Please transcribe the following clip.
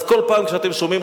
אז כל פעם כשאתם שומעים,